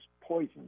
poison